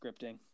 scripting